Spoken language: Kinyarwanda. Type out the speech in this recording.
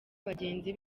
bagenzi